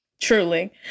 Truly